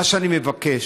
מה שאני מבקש,